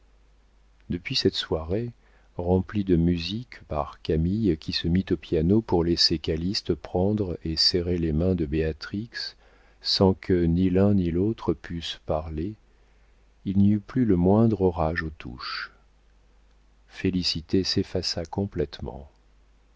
depuis cette soirée remplie de musique par camille qui se mit au piano pour laisser calyste prendre et serrer les mains de béatrix sans que ni l'un ni l'autre pussent parler il n'y eut plus le moindre orage aux touches félicité s'effaça complétement